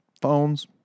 phones